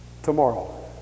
Tomorrow